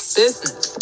business